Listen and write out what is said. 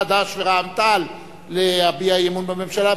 חד"ש ורע"ם-תע"ל להביע אי-אמון בממשלה.